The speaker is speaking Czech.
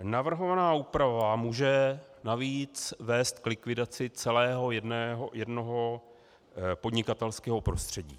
Navrhovaná úprava může navíc vést k likvidaci celého jednoho podnikatelského prostředí.